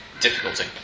Difficulty